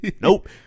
nope